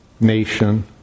nation